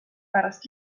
pärast